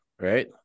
right